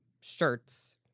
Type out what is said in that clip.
shirts